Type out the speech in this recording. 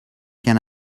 can